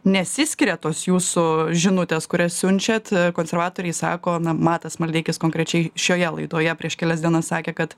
nesiskiria tos jūsų žinutės kurias siunčiat konservatoriai sako matas maldeikis konkrečiai šioje laidoje prieš kelias dienas sakė kad